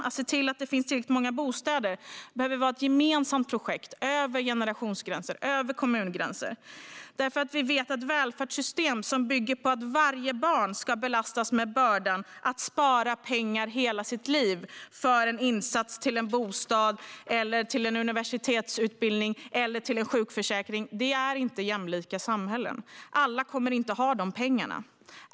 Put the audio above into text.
Att se till att det finns tillräckligt många bostäder behöver vara ett gemensamt projekt över generationsgränser och över kommungränser eftersom vi vet att välfärdssystem som bygger på att varje barn ska belastas med bördan att spara pengar i hela sitt liv till en insats i en bostad, till en universitetsutbildning eller till en sjukförsäkring inte är jämlika. Alla kommer inte att ha de pengarna.